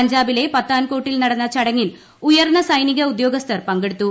പഞ്ചാബിലെ പത്താൻകോട്ടിൽ നടന്ന ചടങ്ങിൽ ഉയർന്ന സൈനിക ഉദ്യോഗസ്ഥർ പങ്കെടുത്തു